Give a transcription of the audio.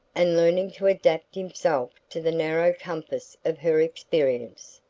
and learning to adapt himself to the narrow compass of her experience.